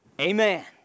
Amen